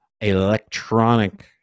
electronic